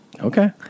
Okay